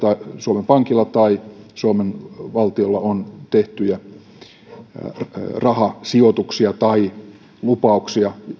suomen pankilla tai suomen valtiolla on tehtyjä rahasijoituksia tai lupauksia